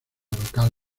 local